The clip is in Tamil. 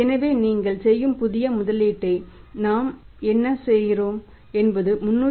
எனவே நீங்கள் செய்யும் புதிய முதலீட்டை நாம் என்ன செய்கிறோம் என்பது 318